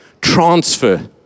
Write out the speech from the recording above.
transfer